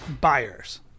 buyers